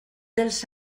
dels